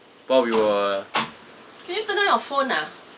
while we were can you turn on your phone ah